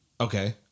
Okay